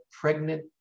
pregnant